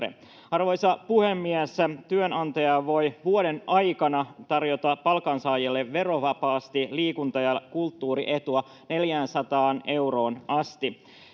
Arvoisa puhemies! Työnantaja voi vuoden aikana tarjota palkansaajille verovapaasti liikunta- ja kulttuurietua 400 euroon asti.